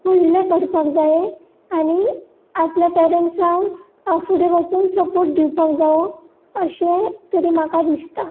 व्हडलें करपाक जाय आनी आपल्या पेरट्सांक फुडें वचून सपोर्ट दिवपाक जावं अशें तरी म्हाका दिसता